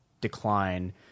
decline